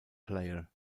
player